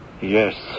Yes